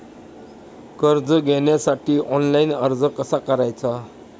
कर्ज घेण्यासाठी ऑनलाइन अर्ज कसा करायचा?